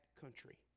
country